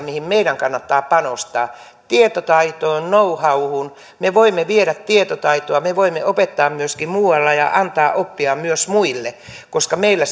mihin meidän kannattaa panostaa tietotaitoon know howhun me voimme viedä tietotaitoa me voimme opettaa myöskin muualla ja antaa oppia myös muille koska meillä